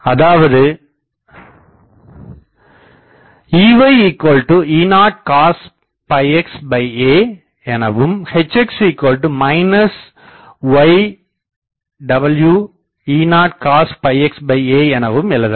அதாவது EyE0cosxa எனவும் Hx ywE0cosxa எனவும் எழுதலாம்